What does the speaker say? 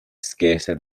scarcer